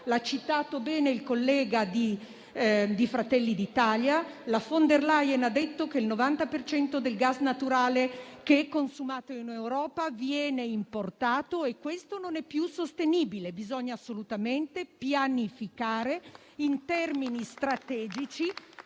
correttamente il collega di Fratelli d'Italia. Ursula von der Leyen ha detto che il 90 per cento del gas naturale consumato in Europa viene importato e questo non è più sostenibile. Bisogna assolutamente pianificare in termini strategici